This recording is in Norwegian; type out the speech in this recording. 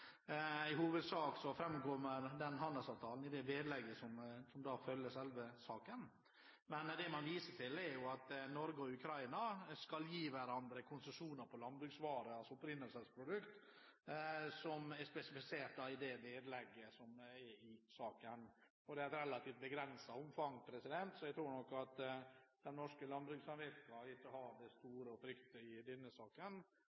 I hovedsak fremkommer den handelsavtalen i vedlegget som følger selve saken. Men det man viser til, er jo at Norge og Ukraina skal gi hverandre konsesjoner på landbruksvarer, altså opprinnelsesprodukter, som er spesifisert i vedlegget til saken. Det er et relativt begrenset omfang, så jeg tror nok de norske landbrukssamvirkene ikke har det store å frykte i denne saken, for dette er i relativt små mengder. Der komiteen skiller litt lag, er knyttet til vektleggingen av det